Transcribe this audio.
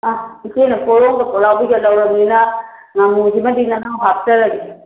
ꯏꯆꯦꯅ ꯄꯣꯔꯣꯡꯒ ꯄꯨꯛꯂꯥꯎꯕꯤꯒ ꯂꯧꯔꯕꯅꯤꯅ ꯉꯃꯨ ꯁꯤꯃꯗꯤ ꯅꯅꯥꯎ ꯍꯥꯞꯆꯔꯒꯦ